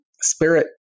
Spirit